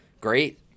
great